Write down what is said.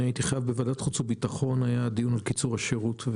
אני הייתי בוועדת חוץ וביטחון בדיון על קיצור השירות,